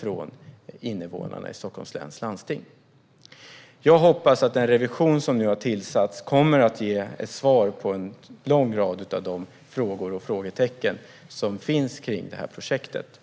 från invånarna i Stockholms läns landsting. Jag hoppas att den revision som nu har tillsatts kommer att ge svar på en lång rad av de frågor och räta ut många av de frågetecken som finns kring projektet.